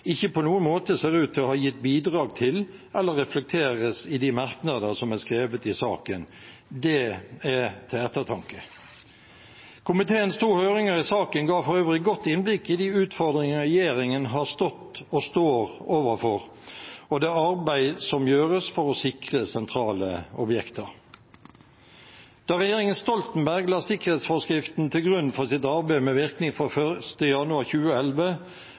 ikke på noen måte ser ut til å ha gitt bidrag til eller reflekteres i de merknader som er skrevet i saken. Det er til ettertanke. Komiteens to høringer i saken ga for øvrig godt innblikk i de utfordringer regjeringen har stått og står overfor, og det arbeid som gjøres for å sikre sentrale objekter. Da regjeringen Stoltenberg la sikkerhetsforskriften til grunn for sitt arbeid med virkning fra 1. januar 2011,